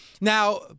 Now